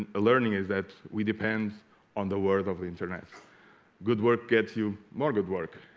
learning is that we depend on the word of the internet good work gets you more good work